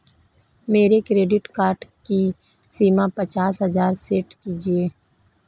मेरे credit card की सीमा पचास हजार सेट कीजिए